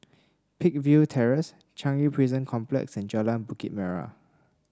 Peakville Terrace Changi Prison Complex and Jalan Bukit Merah